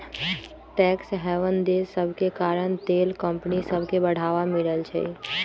tax haven देश सभके कारण तेल कंपनि सभके बढ़वा मिलइ छै